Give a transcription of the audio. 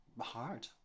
Hard